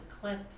clip